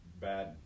bad